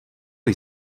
již